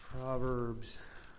Proverbs